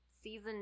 season